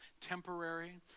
temporary